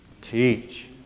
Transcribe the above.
teach